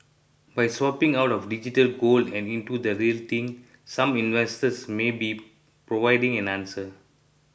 by swapping out of digital gold and into the real thing some investors may be providing an answer